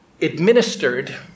administered